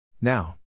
Now